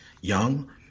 young